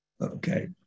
Okay